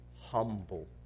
humble